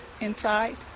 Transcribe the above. inside